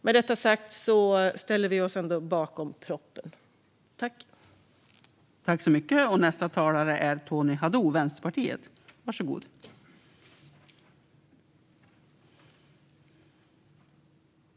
Med detta sagt ställer vi oss ändå bakom propositionen.